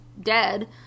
dead